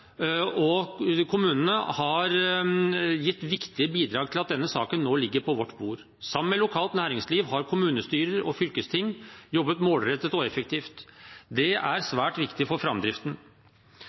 har gitt viktige bidrag til at denne saken nå ligger på vårt bord. Sammen med lokalt næringsliv har kommunestyrer og fylkesting jobbet målrettet og effektivt. Det er svært viktig for framdriften.